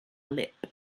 lip